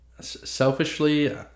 selfishly